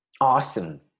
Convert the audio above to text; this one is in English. Awesome